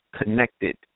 connected